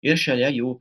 ir šalia jų